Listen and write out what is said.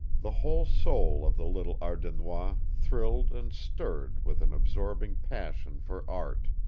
the whole soul of the little ardennois thrilled and stirred with an absorbing passion for art.